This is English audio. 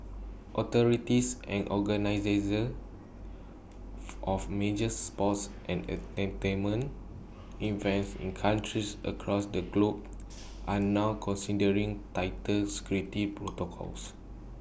authorities and of major sports and entertainment events in countries across the globe are now considering tighter security protocols